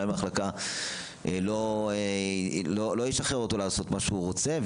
מחלקה לא ישחרר אותו לעשות מה שהוא רוצה.